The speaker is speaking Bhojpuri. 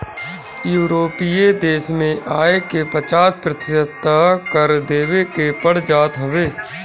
यूरोपीय देस में आय के पचास प्रतिशत तअ कर देवे के पड़ जात हवे